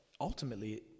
ultimately